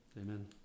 Amen